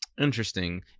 Interesting